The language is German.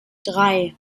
drei